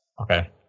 Okay